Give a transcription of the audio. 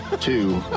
two